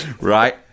right